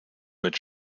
mit